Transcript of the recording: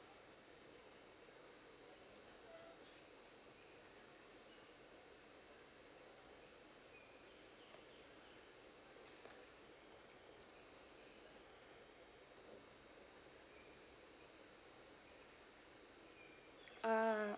ah